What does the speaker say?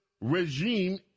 regime